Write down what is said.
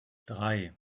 drei